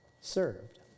served